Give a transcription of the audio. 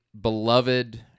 beloved